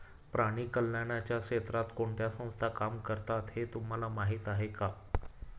प्राणी कल्याणाच्या क्षेत्रात कोणत्या संस्था काय काम करतात हे तुम्हाला माहीत आहे का?